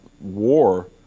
war